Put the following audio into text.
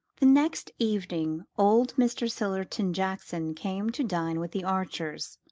the next evening old mr. sillerton jackson came to dine with the archers.